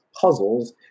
puzzles